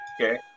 Okay